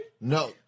No